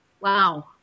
Wow